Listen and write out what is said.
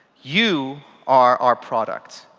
you are our products.